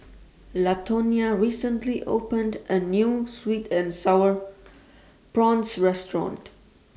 Latonya recently opened A New Sweet and Sour Prawns Restaurant